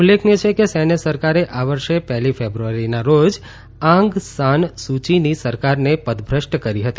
ઉલ્લેખનીય છે કે સૈન્ય સરકારે આ વર્ષે પહેલી ફેબ્રુઆરીના રોજ આંગ સાન સૂ સૂચી ની સરકારને પદભ્રષ્ટ કરી હતી